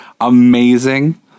amazing